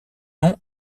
nom